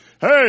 Hey